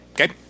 Okay